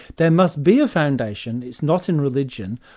there must be a foundation, it's not in religion,